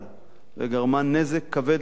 וגרמה נזק כבד לדורות,